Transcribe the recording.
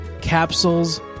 capsules